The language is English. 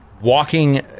walking